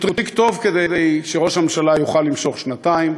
הוא טריק טוב כדי שראש הממשלה יוכל למשוך שנתיים,